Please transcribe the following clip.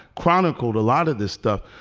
chronicled a lot of this stuff.